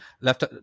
left